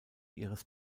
ihres